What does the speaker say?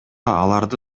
аларды